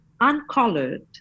uncolored